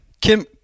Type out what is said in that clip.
Kim